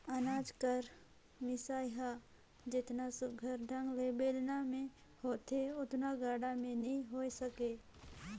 अनाज कर मिसई हर जेतना सुग्घर ढंग ले बेलना मे होथे ओतना गाड़ा मे नी होए सके